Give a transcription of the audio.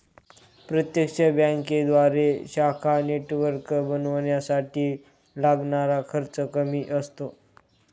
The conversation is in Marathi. प्रत्यक्ष बँकेद्वारे शाखा नेटवर्क बनवण्यासाठी लागणारा खर्च कमी असतो